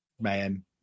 man